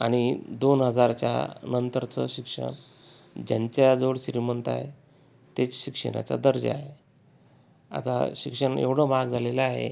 आणि दोन हजारच्या नंतरचं शिक्षण ज्यांच्याजवळ श्रीमंत आहे तेच शिक्षणाचा दर्जा आहे आता शिक्षण एवढं महाग झालेलं आहे